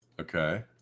Okay